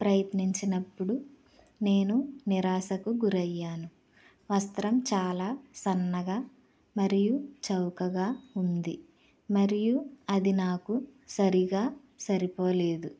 ప్రయత్నించినప్పుడు నేను నిరాశకు గురయ్యాను వస్త్రం చాలా సన్నగా మరియు చౌకగా ఉంది మరియు అది నాకు సరిగ్గా సరిపోలేదు